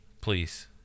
Please